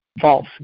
false